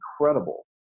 incredible